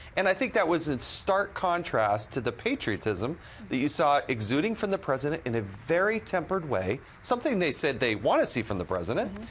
and i think that was in stark contrast to the patriotism that you saw exuding from the president in a very tempered way, something they said they wanted to see from the president.